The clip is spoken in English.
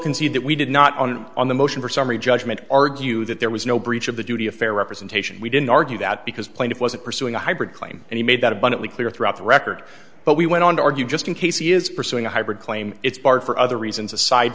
concede that we did not on and on the motion for summary judgment argue that there was no breach of the duty of fair representation we didn't argue that because plaintiff wasn't pursuing a hybrid claim and he made that abundantly clear throughout the record but we went on to argue just in case he is pursuing a hybrid claim it's part for other reasons aside